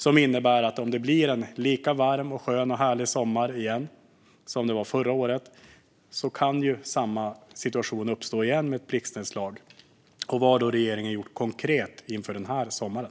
Samma situation kan ju uppstå igen med blixtnedslag, om det blir en lika varm, skön och härlig sommar igen som förra året. Vad har regeringen gjort konkret inför den här sommaren?